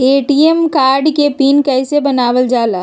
ATM card के pin कैसे बनावल जाला?